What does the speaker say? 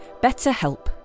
BetterHelp